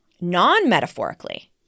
non-metaphorically